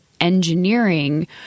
engineering